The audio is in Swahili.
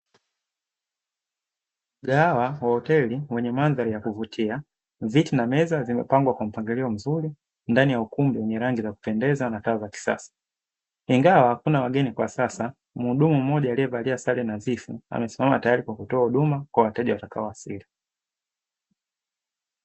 Mgahawa wa hoteli wenye mandhari ya kuvutia, viti na meza zimepangwa kwa mpangilio mzuri ndani ya ukumbi yenye rangi za kupendeza na taa za kisasa, ingawa hakuna wageni kwa sasa mhudumu mmoja aliyevalia sare nadhifu amesimama tayari kwa kutoa huduma kwa wateja watakaowasili.